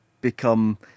become